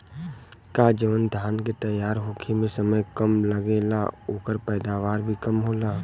का जवन धान के तैयार होखे में समय कम लागेला ओकर पैदवार भी कम होला?